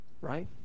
Right